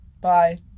Bye